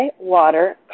water